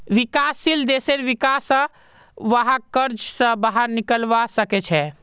विकासशील देशेर विका स वहाक कर्ज स बाहर निकलवा सके छे